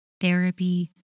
therapy